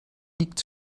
liegt